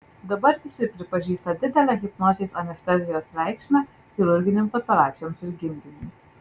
dabar visi pripažįsta didelę hipnozės anestezijos reikšmę chirurginėms operacijoms ir gimdymui